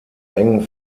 engen